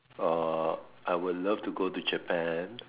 uh I would love to go to Japan